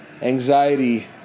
anxiety